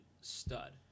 stud